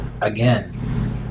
again